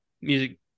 Music